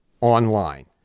online